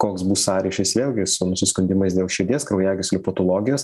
koks bus sąryšis vėlgi su nusiskundimais dėl širdies kraujagyslių patologijos